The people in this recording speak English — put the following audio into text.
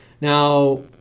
Now